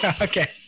okay